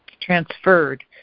transferred